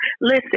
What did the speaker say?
Listen